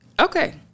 Okay